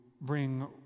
bring